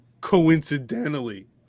coincidentally